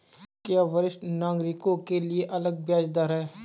क्या वरिष्ठ नागरिकों के लिए अलग ब्याज दर है?